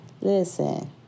Listen